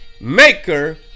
maker